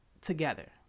together